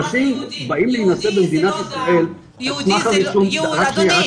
אנשים באים להירשם --- אדוני,